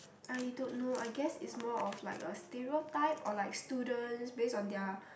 I don't know I guess it's more of like a stereotype or like students based on their